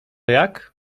jak